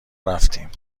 رفتیم